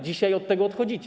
Dzisiaj od tego odchodzicie.